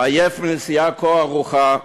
עייף מנסיעה כה ארוכה,